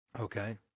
Okay